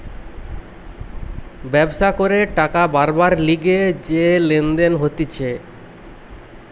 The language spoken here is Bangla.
ব্যবসা করে টাকা বারবার লিগে যে লেনদেন হতিছে